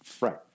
Right